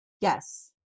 Yes